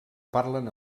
parlen